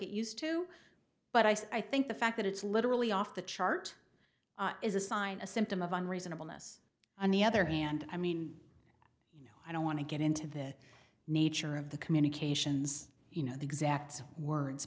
it used to but i think the fact that it's literally off the chart is a sign a symptom of on reasonableness on the other hand i mean you know i don't want to get into the nature of the communications you know the exact words